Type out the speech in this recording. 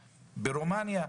ברומניה,